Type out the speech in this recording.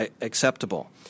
acceptable